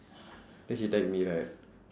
then she tag me right